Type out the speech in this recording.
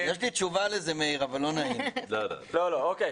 שלום לגילה.